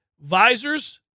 Visors